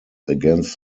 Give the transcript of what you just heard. against